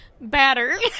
batter